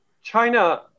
China